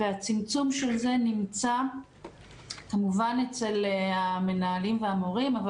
והצמצום של זה נמצא כמובן אצל המנהלים והמורים אבל